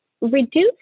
reduce